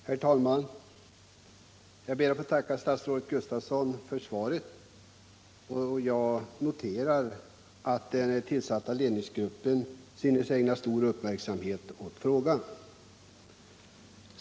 Herr talman! Jag ber att få tacka statsrådet Gustavsson för svaret och noterar att den tillsatta ledningsgruppen synes ägna stor uppmärksamhet åt frågan.